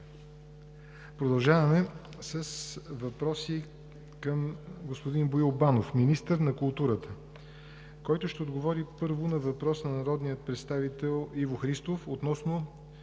Продължаваме с въпроси към господин Боил Банов – министър на културата, който ще отговори първо на въпрос от народния представител Иво Христов относно